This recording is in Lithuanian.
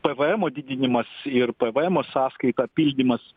pv emo didinimas ir pv emo sąskaita pildymas